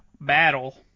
battle